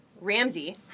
Ramsey